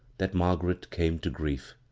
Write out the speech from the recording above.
that margaret came to grief.